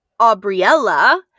Aubriella